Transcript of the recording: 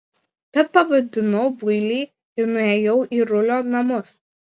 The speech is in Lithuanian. tad pavadinau builį ir nuėjau į rulio namus